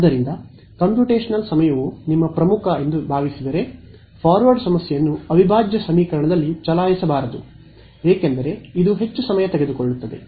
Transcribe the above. ಆದ್ದರಿಂದ ಕಂಪ್ಯೂಟೇಶನಲ್ ಸಮಯವು ನಿಮ್ಮ ಪ್ರಮುಖ ಎಂದು ನೀವು ಭಾವಿಸಿದರೆ ಫಾರ್ವರ್ಡ್ ಸಮಸ್ಯೆಯನ್ನು ಅವಿಭಾಜ್ಯ ಸಮೀಕರಣದಲ್ಲಿ ಚಲಾಯಿಸಬಾರದು ಏಕೆಂದರೆ ಇದು ಹೆಚ್ಚು ಸಮಯ ತೆಗೆದುಕೊಳ್ಳುತ್ತದೆ